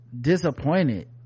disappointed